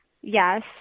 Yes